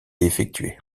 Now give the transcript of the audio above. effectuée